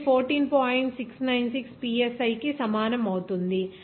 696 psi కి సమానం అవుతుంది లేదా 14